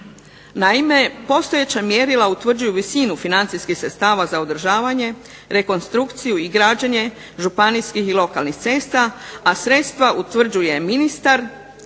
Naime, postojeća mjerila utvrđuju visinu financijskih sredstava za održavanje, rekonstrukciju i građenje županijskih i lokalnih cesta a sredstva utvrđuje ministar,